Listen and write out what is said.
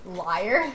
liar